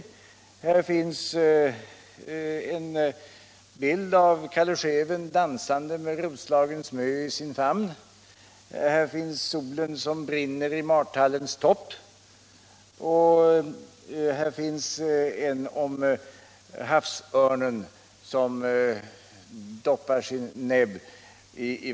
Här finns en bild av Calle Schewen dansande med Roslagens mö i sin famn, här finns solen som brinner i martallens topp; och här finns måsen med löjan i näbben.